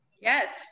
Yes